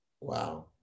Wow